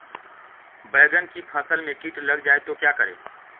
बैंगन की फसल में कीट लग जाए तो क्या करें?